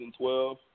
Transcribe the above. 2012